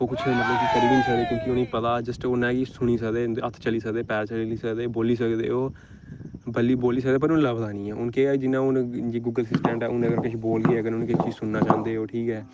ओह् कुछ मतलब करी बी निं सकदे क्योंकिं उ'नेंगी पता जस्ट उन्नै ओह् सुनी सकदे उं'दे हत्थ चली सकदे पैर चली सकदे बोली सकदे ओह् बली बोली सकदे पर लभदा निं ऐ हून केह् ऐ जियां हून गूगल असिस्टैंट ऐ हून अगर किश बोलगे अगर उ'नें किश सुनना चांह्दे ओह् ठीक ऐ